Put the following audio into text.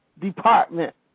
department